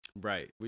Right